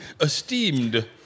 Esteemed